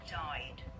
died